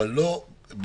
אבל לא בחוק.